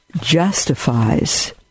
justifies